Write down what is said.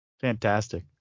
Fantastic